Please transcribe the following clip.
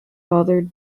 fathered